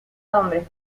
hombres